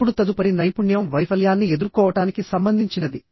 ఇప్పుడు తదుపరి నైపుణ్యం వైఫల్యాన్ని ఎదుర్కోవటానికి సంబంధించినది